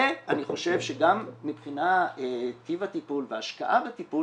ואני חושב שגם מבחינת טיב הטיפול וההשקעה בטיפול